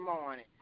morning